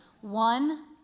One